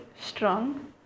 strong